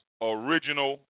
original